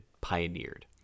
pioneered